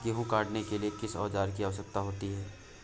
गेहूँ काटने के लिए किस औजार की आवश्यकता होती है?